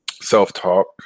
self-talk